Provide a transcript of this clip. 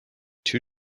two